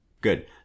Good